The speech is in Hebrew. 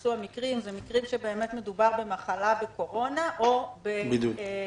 התייחסו למקרים בהם מדובר במחלה בקורונה או בבידוד.